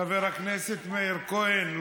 חבר הכנסת מאיר כהן,